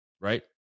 right